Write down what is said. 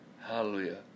Hallelujah